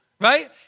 right